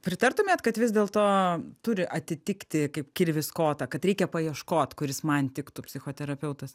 pritartumėt kad vis dėlto turi atitikti kaip kirvis kotą kad reikia paieškot kuris man tiktų psichoterapeutas